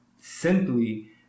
simply